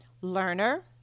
learner